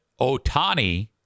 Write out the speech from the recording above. Otani